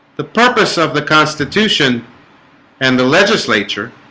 the purpose of the constitution and the legislature